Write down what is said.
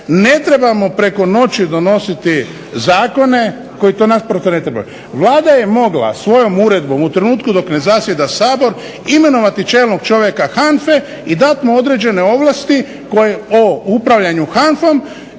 ne trebamo preko noći donositi zakone koji to … Vlada je mogla svojom uredbom u trenutku dok ne zasjeda Sabor imenovati čelnog čovjeka HANFA-e i dati mu određene ovlasti koje o upravljanju HANFA-om